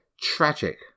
tragic